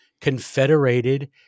confederated